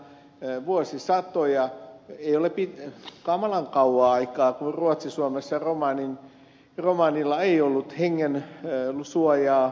ei ole kamalan kauan aikaa siitä kun ruotsi suomessa romanilla ei ollut hengen suojaa